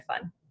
fun